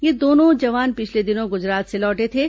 ये दोनों जवान पिछले दिनों गुजरात से लौटे थे